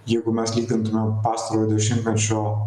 jeigu mes lygintumėm pastarojo dešimtmečio